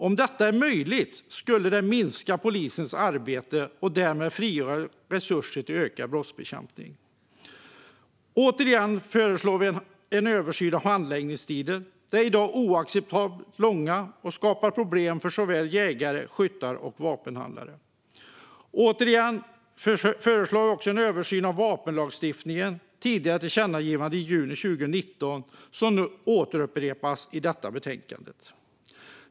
Om detta är möjligt skulle det minska polisens arbete och därmed frigöra resurser till ökad brottsbekämpning. Återigen föreslår vi en översyn av handläggningstiderna. De är i dag oacceptabelt långa och skapar problem för jägare, skyttar och vapenhandlare. Återigen föreslår vi en översyn av vapenlagstiftningen. Det är ett tidigare tillkännagivande från juni 2019 som återupprepas i detta betänkande.